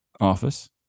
office